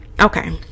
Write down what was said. okay